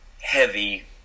heavy